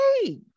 hey